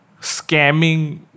scamming